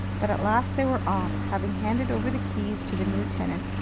but at last they were off having handed over the keys to the new tenant,